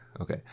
Okay